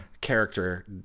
character